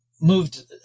moved